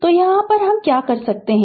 तो यह क्या कर सकते हैं